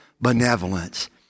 benevolence